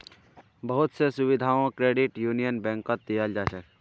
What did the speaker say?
बहुत स सुविधाओ क्रेडिट यूनियन बैंकत दीयाल जा छेक